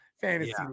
fantasy